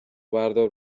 بردار